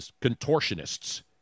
contortionists